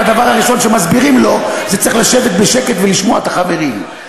הדבר הראשון שמסבירים לו זה: צריך לשבת בשקט ולשמוע את החברים.